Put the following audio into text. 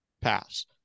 pass